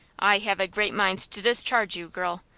i have a great mind to discharge you, girl,